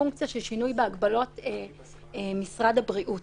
כפונקציה של שינוי בהגבלות משרד הבריאות.